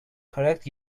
correct